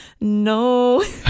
No